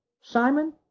Simon